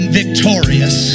victorious